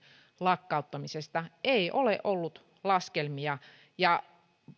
lakkauttamisesta ei ole ollut laskelmia